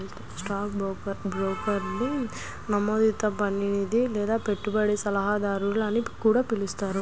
stock బ్రోకర్ని నమోదిత ప్రతినిధి లేదా పెట్టుబడి సలహాదారు అని కూడా పిలుస్తారు